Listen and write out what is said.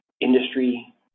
industry